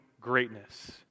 greatness